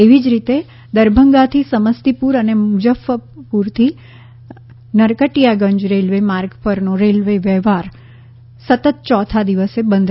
એવી જ રીતે દરભંગાથી સમસ્તીપુર અને મુઝફ્ફરપુરથી નરકટિયાગંજ રેલવે માર્ગ પરનો રેલ વ્યવહાર સતત ચોથા દિવસે બંધ રાખવાની ફરજ પડી છે